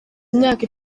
myaka